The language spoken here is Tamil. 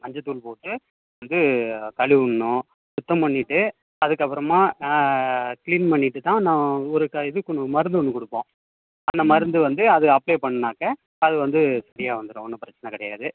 மஞ்சத்தூள் போட்டு வந்து கழுவி விடணும் சுத்தம் பண்ணிவிட்டு அதுக்கு அப்பறமாக க்ளீன் பண்ணிவிட்டுத் தான் நான் ஒரு க இது கொண்டு மருந்து ஒன்று கொடுப்போம் அந்த மருந்து வந்து அது அப்ளே பண்ணுனாக்க அது வந்து ஃப்ரீயாக வந்துரும் ஒன்றும் பிரச்சனை கிடையாது